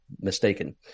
Mistaken